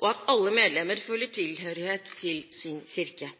og at alle medlemmene føler tilhørighet til sin kirke.